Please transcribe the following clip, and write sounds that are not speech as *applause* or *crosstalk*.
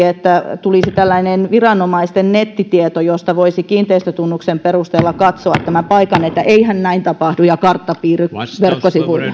*unintelligible* että tulisi tällainen viranomaisten nettitieto josta voisi kiinteistötunnuksen perustella katsoa tämän paikan niin eihän näin tapahdu ja kartta piirry verkkosivuille *unintelligible*